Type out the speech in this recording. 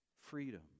Freedom